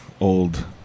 old